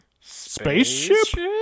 spaceship